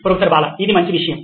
professor Bala ఇది మంచి విషయం